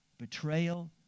betrayal